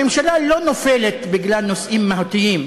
הממשלה לא נופלת בגלל נושאים מהותיים,